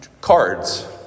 cards